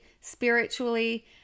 spiritually